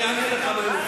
אני אענה לך מה הם עושים.